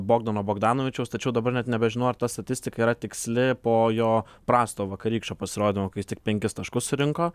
bogdano bogdanovičiaus tačiau dabar net nebežinau ar ta statistika yra tiksli po jo prasto vakarykščio pasirodymo tik penkis taškus surinko